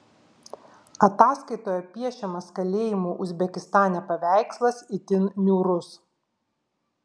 ataskaitoje piešiamas kalėjimų uzbekistane paveikslas itin niūrus